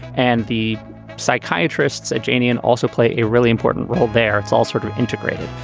and the psychiatrist said geniune also play a really important role there it's all sort of integrated.